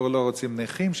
פה לא רוצים נכים,